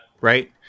Right